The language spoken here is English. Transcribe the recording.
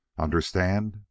Understand